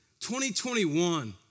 2021